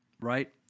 right